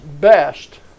best